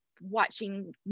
watching